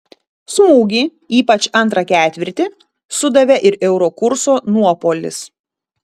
smūgį ypač antrą ketvirtį sudavė ir euro kurso nuopuolis